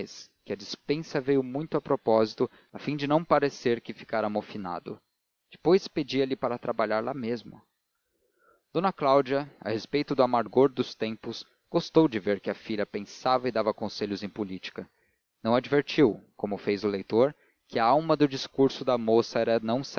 que a dispensa veio muito a propósito a fim de não parecer que ficara amofinado depois pedia-lhe para trabalhar lá mesmo d cláudia a despeito do amargor dos tempos gostou de ver que a filha pensava e dava conselhos em política não advertiu como fez o leitor que a alma do discurso da moça era não